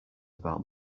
about